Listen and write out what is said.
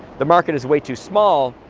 the market is way too small,